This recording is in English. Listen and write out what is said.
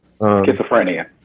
Schizophrenia